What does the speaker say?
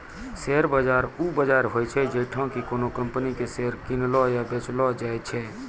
share बाजार उ बजार होय छै जैठां कि कोनो कंपनी के शेयर किनलो या बेचलो जाय छै